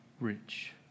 rich